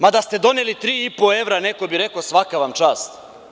Ma, da ste doneli tri i po evra, neko bi rekao svaka vam čast.